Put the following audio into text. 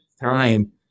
time